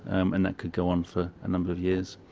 um and that could go on for a number of years.